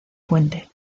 puente